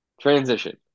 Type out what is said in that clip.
Transition